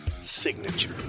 signature